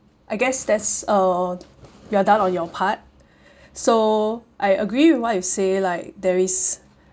I guess that's uh you're done on your part so I agree with what you say like there is